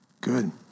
Good